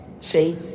See